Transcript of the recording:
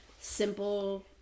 simple